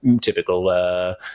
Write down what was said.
typical